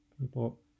people